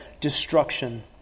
destruction